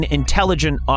intelligent